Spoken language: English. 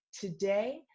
Today